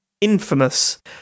infamous